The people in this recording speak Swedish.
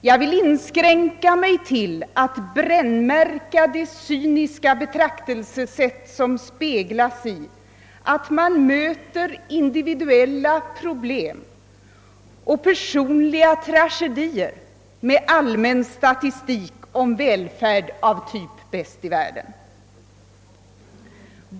Jag vill inskränka mig till att brännmärka det cyniska betraktelsesätt som bl.a. återspeglas i det faktum att individuella problem och personliga tragedier möts med allmän statistik om välfärd av typen »bäst i världen».